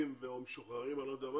כפול שישה חודשים זה 12 מיליון, אדוני.